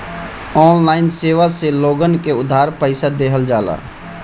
online सेवा से लोगन के उधार पईसा देहल जाला